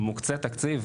מוקצה תקציב.